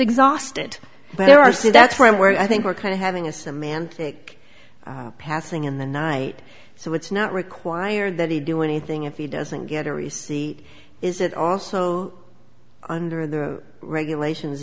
exhausted but there are so that's why i'm worried i think we're kind of having a semantic passing in the night so it's not required that he do anything if he doesn't get a receipt is it also under the regulations